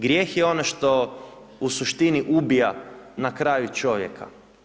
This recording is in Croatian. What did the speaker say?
Grijeh je ono što, u suštini, ubija na kraju čovjeka.